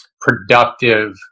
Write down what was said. productive